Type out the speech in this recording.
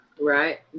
Right